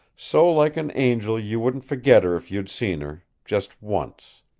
so like an angel you wouldn't forget her if you'd seen her just once.